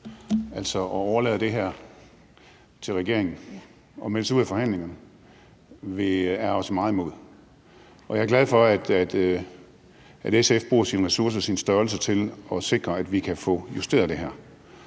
Altså, at overlade det her til regeringen og melde sig ud af forhandlingerne er os meget imod. Og jeg er glad for, at SF bruger sine ressourcer og sin størrelse til at sikre, at vi kan få justeret det her.